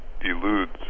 eludes